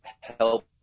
help